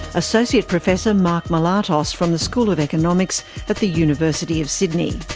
associate professor mark melatos from the school of economics at the university of sydney.